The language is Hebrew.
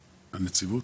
הנציבות?